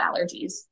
allergies